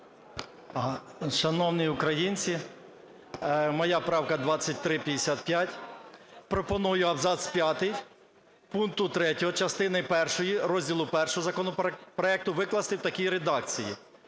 Шановні українці, моя правка 2355. Пропоную абзац п’ятий пункту 3 частини 1 Розділу І законопроекту викласти в такій редакції: